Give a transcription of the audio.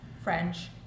French